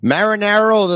Marinero